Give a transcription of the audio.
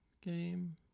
game